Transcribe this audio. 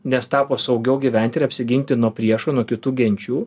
nes tapo saugiau gyventi ir apsiginti nuo priešų nuo kitų genčių